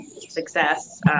success